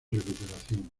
recuperación